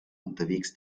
unterwegs